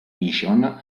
vision